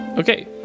okay